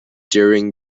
during